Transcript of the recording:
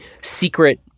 secret